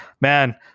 man